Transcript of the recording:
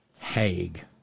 Haig